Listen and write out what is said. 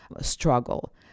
struggle